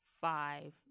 five